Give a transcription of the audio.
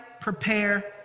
prepare